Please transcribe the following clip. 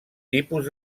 tipus